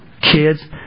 kids